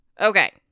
Okay